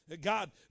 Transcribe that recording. God